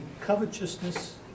covetousness